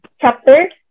chapter